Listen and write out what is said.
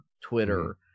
Twitter